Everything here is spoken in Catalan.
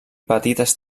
petites